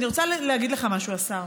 אני רוצה להגיד לך משהו, השר.